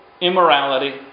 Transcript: immorality